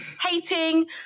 hating